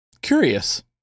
Curious